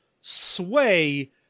sway